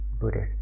Buddhist